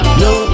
no